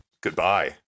Goodbye